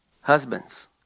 Husbands